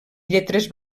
lletres